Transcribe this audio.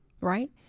Right